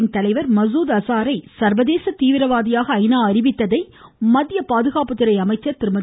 நா மசூத் அஸார் சர்வதேச தீவிரவாதியாக அறிவித்ததை மத்திய பாதுகாப்புத்துறை அமைச்சர் திருமதி